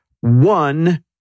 one